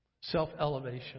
self-elevation